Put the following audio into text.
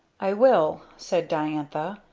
i will, said diantha.